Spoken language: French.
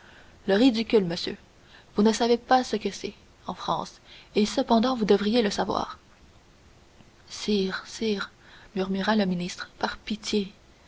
le ridicule monsieur vous ne savez pas ce que c'est en france et cependant vous devriez le savoir sire sire murmura le ministre par pitié